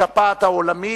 השפעת העולמית.